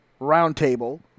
roundtable